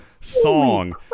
song